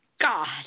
God